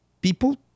People